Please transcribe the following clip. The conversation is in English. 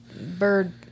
bird